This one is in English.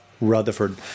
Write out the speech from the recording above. Rutherford